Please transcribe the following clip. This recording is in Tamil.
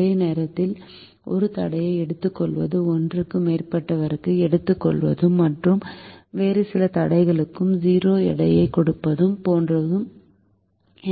ஒரு நேரத்தில் ஒரு தடையை எடுத்துக்கொள்வது ஒன்றுக்கு மேற்பட்டவற்றை எடுத்துக்கொள்வது மற்றும் வேறு சில தடைகளுக்கு 0 எடையைக் கொடுப்பது போன்றது